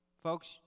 Folks